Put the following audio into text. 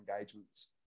engagements